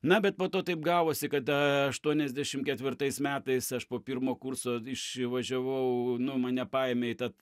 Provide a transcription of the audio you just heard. na bet po to taip gavosi kad aštuoniasdešim ketvirtais metais aš po pirmo kurso išvažiavau nu mane paėmė įtą